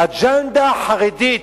אג'נדה חרדית.